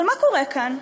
אבל מה קורה כאן?